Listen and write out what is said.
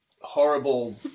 horrible